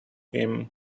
him